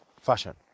fashion